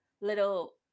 little